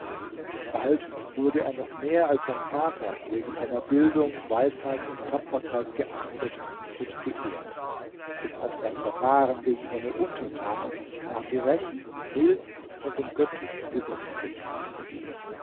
bald wurde er noch mehr als sein vater wegen seiner bildung weisheit und tapferkeit geachtet und geehrt denn auch sein verfahren gegen seine untertanen war gerecht mild und dem göttlichen